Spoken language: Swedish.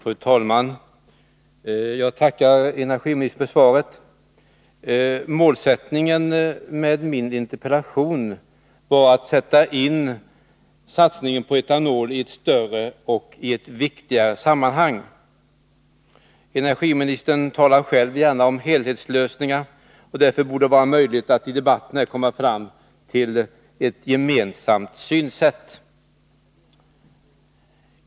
Fru talman! Jag tackar energiministern för svaret. Avsikten med min interpellation var att jag ville sätta in satsningen på etanol i ett större och viktigare sammanhang. Energiministern talar själv gärna om helhetslösningar, och därför borde det vara möjligt att i debatten här komma fram till ett gemensamt synsätt.